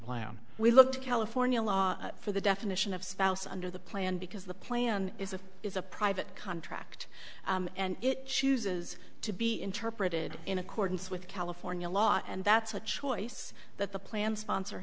plan we look to california law for the definition of spouse under the plan because the plan is it is a private contract and it chooses to be interpreted in accordance with california law and that's a choice that the planned sponsor